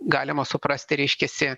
galima suprasti reiškiasi